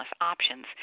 options